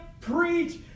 preach